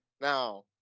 now